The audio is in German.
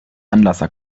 anlasser